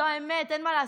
זו האמת, אין מה לעשות.